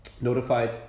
notified